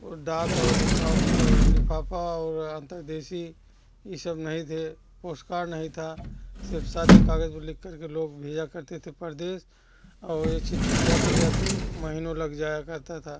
वो डाक और लिफा लिफाफा और अन्तरदेशी ये सब नहीं थे पोस्टकार्ड नहीं था सिर्फ सादे कागज में लिखकर के लोग भेजा करते थे प्रदेश और वे चिट्ठी जाते जाते महीनों लग जाया करता था